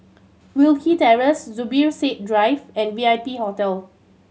Wilkie Terrace Zubir Said Drive and V I P Hotel